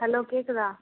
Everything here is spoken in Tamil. ஹலோ கேக்குதா